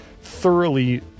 thoroughly